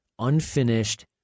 unfinished